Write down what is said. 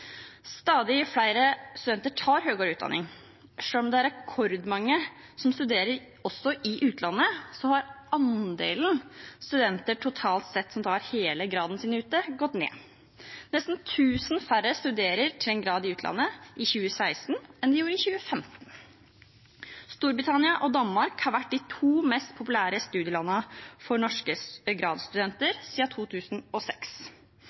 Stadig flere studenter tar høyere utdanning. Selv om det er rekordmange som studerer også i utlandet, har andelen studenter totalt sett som tar hele graden sin ute, gått ned. Nesten 1 000 færre studerte til en grad i utlandet i 2016 enn i 2015. Storbritannia og Danmark har vært de to mest populære studielandene for norske